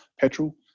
petrol